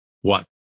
One